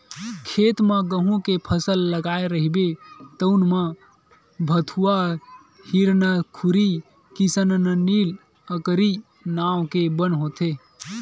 खेत म गहूँ के फसल लगाए रहिबे तउन म भथुवा, हिरनखुरी, किसननील, अकरी नांव के बन होथे